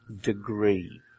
degree